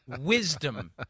wisdom